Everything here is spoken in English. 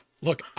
Look